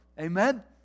Amen